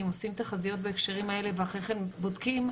עושים תחזיות בהקשרים האלה ואחר כן בודקים,